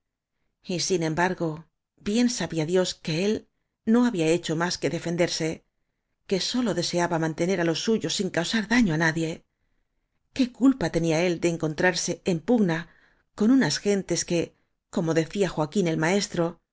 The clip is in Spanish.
avispero y sin embargo bien sabía dios que él no había hecho más que defenderse que sólo de seaba mantener á los suyos sin causar daño á nadie qué culpa tenía él de encontrarse en áñ pugna con unas gentes que como decía don joaquín el maestro